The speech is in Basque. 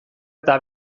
eta